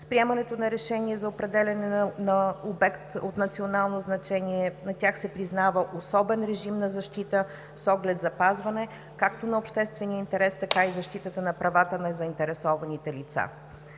с приемането на решение за определяне на обект от национално значение. На тях се признава особен режим на защита, с оглед запазване както на обществения интерес, така и защитата на правата на заинтересованите лица.